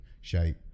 shape